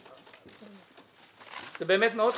בסדר, זה באמת מאוד חשוב.